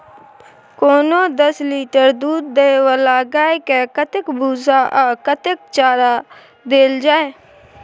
कोनो दस लीटर दूध दै वाला गाय के कतेक भूसा आ कतेक हरा चारा देल जाय?